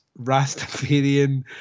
Rastafarian